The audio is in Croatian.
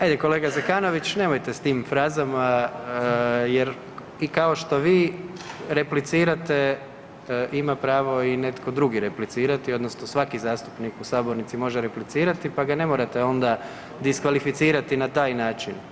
Ajde kolega Zekanović nemojte s tim frazama jer i kao što vi replicirate ima pravo i netko drugi replicirati odnosno svaki zastupnik u sabornici može replicirati pa ga ne morate onda diskvalificirati na taj način.